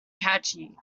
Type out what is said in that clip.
catchy